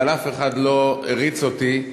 אבל אף אחד לא הריץ אותי,